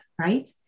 Right